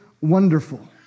wonderful